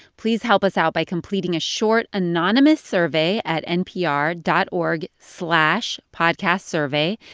please help us out by completing a short anonymous survey at npr dot org slash podcastsurvey.